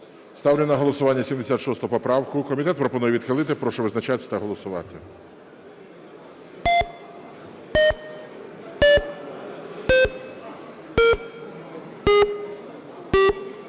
Ставлю на голосування 82 поправку. Комітет пропонує відхилити. Прошу визначатися та голосувати.